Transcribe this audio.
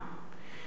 כך גם היום.